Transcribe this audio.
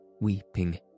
weeping